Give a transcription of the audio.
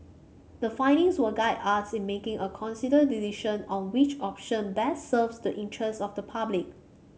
the findings will guide us in making a considered decision on which option best serves the interests of the public